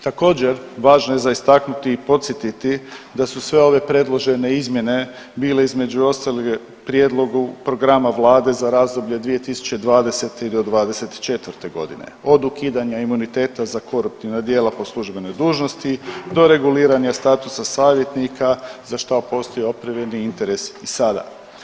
Također, važno je za istaknuti i podsjetiti da su sve ove predložene izmjene bile između ostaloga, prijedlogu programa Vlade za razdoblje 2020.-'24. g., od ukidanja imuniteta za koruptivna djela po službenoj dužnosti do reguliranja statusa savjetnika, za što postoji opravdani interes i sada.